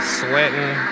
sweating